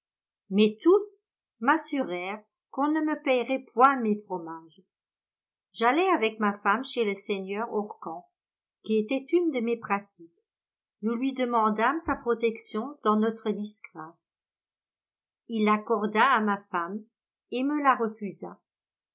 mais tous m'assurèrent qu'on ne me paierait point mes fromages j'allai avec ma femme chez le seigneur orcan qui était une de mes pratiques nous lui demandâmes sa protection dans notre disgrâce il l'accorda à ma femme et me la refusa